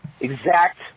exact